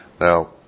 Now